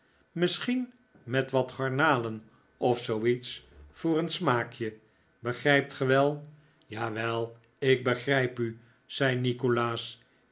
misschien met wat garnalen of zooiets voor een smaakje begrijpt ge wel jawel ik begrijp u zei nikolaas